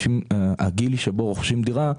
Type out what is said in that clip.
הגיל שבו רוכשים דירה,